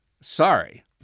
Sorry